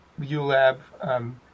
ULAB